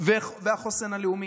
"והחוסן הלאומי".